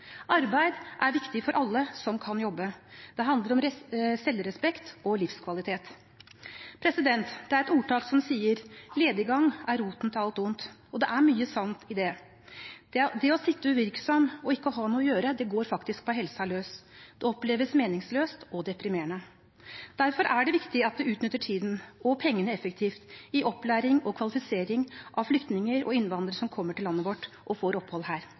Arbeid er viktig for alle som kan jobbe. Det handler om selvrespekt og livskvalitet. Det er et ordtak som sier: «Lediggang er roten til alt ondt», og det er mye sant i det. Det å sitte uvirksom og ikke ha noe å gjøre går faktisk på helsa løs. Det oppleves meningsløst og deprimerende. Derfor er det viktig at vi utnytter tiden og pengene effektivt i opplæring og kvalifisering av flyktninger og innvandrere som kommer til landet vårt og får opphold her.